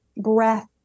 breath